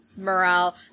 Morale